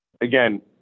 Again